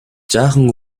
жаахан